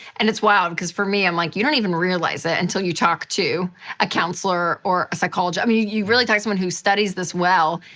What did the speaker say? and it's wild. because for me, i'm like, you don't even realize it until you talk to a counselor or a psychologist. i mean, you really talk someone who studies this well,